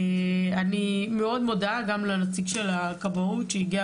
אני מאוד מודה גם לנציג ש הכבאות שהגיע